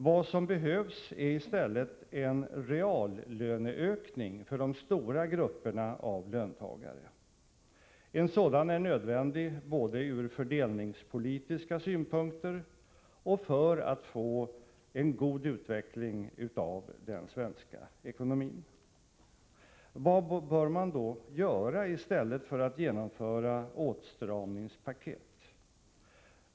Vad som behövs är i stället en reallöneökning för de stora grupperna av löntagare. En sådan är nödvändig både ur fördelningspolitiska synpunkter och för att få en god utveckling av den svenska ekonomin. Vad bör man då göra i stället för att genomföra åtstramningspaket?